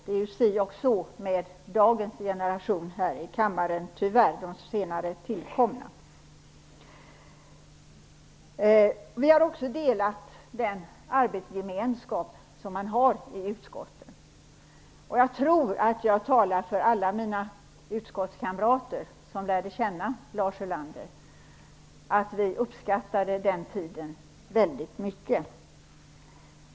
Det är ju tyvärr si och så med den senare tillkomna generationen här i kammaren. Vi har också delat den arbetsgemenskap som man har i utskottet. Jag tror att jag talar för alla mina utskottskamrater som lärde känna Lars Ulander när jag säger att vi uppskattade den tiden väldigt mycket.